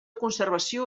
conservació